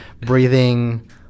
breathing